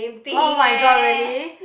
oh-my-god really